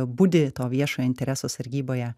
budi to viešojo intereso sargyboje